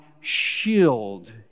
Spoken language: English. shield